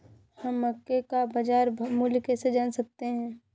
हम मक्के का बाजार मूल्य कैसे जान सकते हैं?